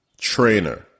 trainer